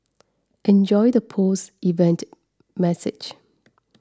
enjoy the post event message